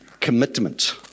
Commitment